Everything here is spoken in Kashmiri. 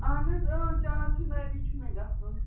اَہن حظ اۭں چار چناری چھُ مےٚ گژھُن